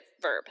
verb